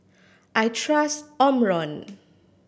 I trust Omron